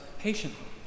patiently